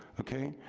okay?